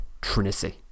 Trinity